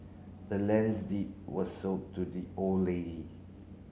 the land's deed was sold to the old lady